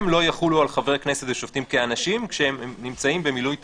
הם לא יחולו על חברי כנסת ושופטים כאנשים כשהם נמצאים במילוי תפקידים.